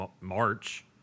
March